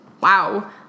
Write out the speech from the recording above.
Wow